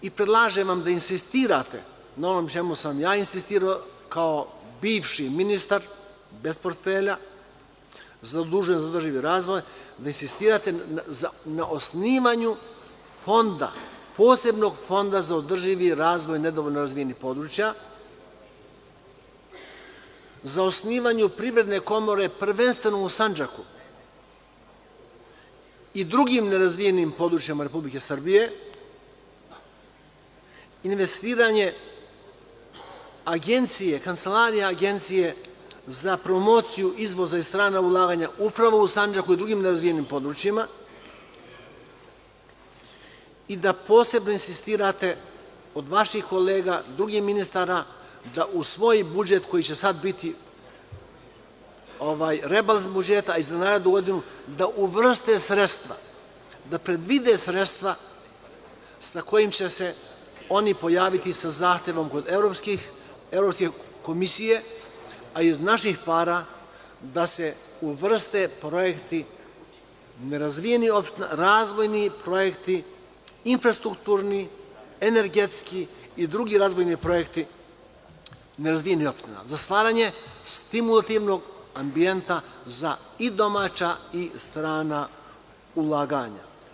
Predlažem vam da insistirate na ovome na čemu sam ja insistirao kao bivši ministar bez portfelja zadužen za održivi razvoj, da insistirate na osnivanju posebnog fonda za održivi razvoj nedovoljno razvijenih područja, za osnivanje privredne komore prvenstveno u Sandžaku i drugim nerazvijenim područjima Republike Srbije, investiranje kancelarije, agencije za promociju izvoza i strana ulaganja upravo u Sandžaku i drugim nerazvijenim područjima i da posebno insistirate od vaših kolega, drugih ministara, da usvoje rebalans budžeta koji će sada biti, a i za narednu godinu, da predvide sredstva sa kojima će se oni pojaviti sa zahtevom kod Evropske komisije, a iz naših para da se uvrste projekti nerazvijenih opština, razvojni projekti, infrastrukturni, energetski i drugi razvojni projekti nerazvijenih opština za stvaranje stimulativnog ambijenta i za domaća i strana ulaganja.